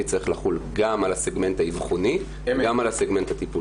צריך לחול גם על הסגמנט האבחוני וגם על הסגמנט הטיפולי.